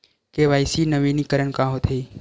KYC नवीनीकरण का होथे?